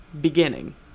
beginning